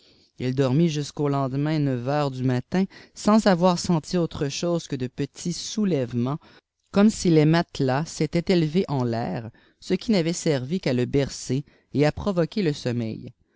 il dormit jusqu'au lendemain neuf heures du matin sans avoir senti autre chose que de petits soulèvements comme si les matelats s'étaient élevés en l'air ce qui n'avait servi qii à le bercer et fi provoquer le sommeil